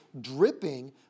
dripping